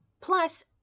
Plus